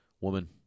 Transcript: woman